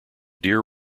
deer